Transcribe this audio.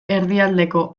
erdialdeko